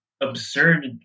absurd